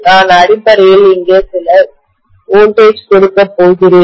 நான் அடிப்படையில் இங்கே சில வோல்டேஜ்மின்னழுத்தம் கொடுக்கப் போகிறேன்